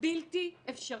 בלתי אפשרי.